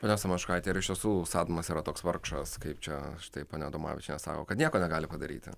pone samoškaite ar iš tiesų sadmas yra toks vargšas kaip čia štaiponia adomavičienė sako kad nieko negali padaryti